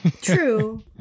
true